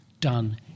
done